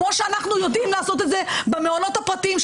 כמו שאנחנו יודעים לעשות את זה במעונות הפרטיים,